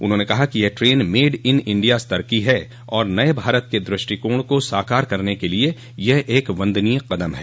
उन्होंने कहा कि यह ट्रेन मेड इन इण्डिया स्तर की है और नये भारत के दृष्टिकोण को साकार करने के लिए यह एक वन्दनीय कदम है